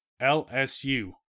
LSU